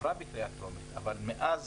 אבל מאז